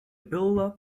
builder